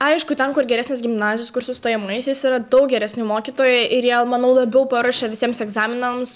aišku ten kur geresnės gimnazijos kur su stojamaisiais yra daug geresni mokytojai ir jie manau labiau paruošia visiems egzaminams